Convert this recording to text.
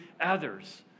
others